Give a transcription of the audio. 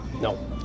No